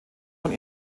von